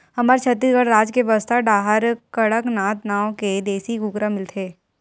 हमर छत्तीसगढ़ राज के बस्तर डाहर कड़कनाथ नाँव के देसी कुकरा मिलथे